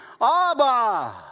Abba